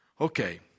Okay